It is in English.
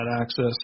access